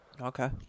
Okay